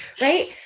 right